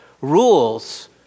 rules